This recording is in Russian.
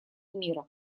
мира